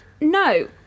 No